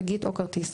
תגית או כרטיס.